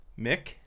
mick